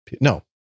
No